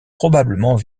probablement